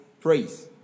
praise